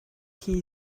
key